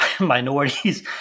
Minorities